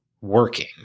working